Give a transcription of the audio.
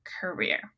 career